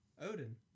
Odin